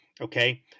Okay